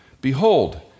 Behold